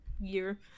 year